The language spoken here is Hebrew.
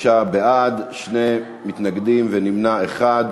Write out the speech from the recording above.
25 בעד, שני מתנגדים ונמנע אחד.